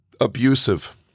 abusive